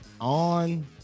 on